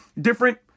different